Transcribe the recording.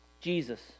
Jesus